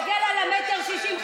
תסתכל על ה-1.60 מטר,